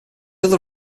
other